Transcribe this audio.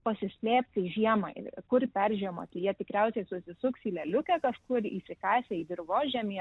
pasislėpti žiemą kur peržiemoti jie tikriausiai susisuks į lėliukę kažkur įsikasę į dirvožemį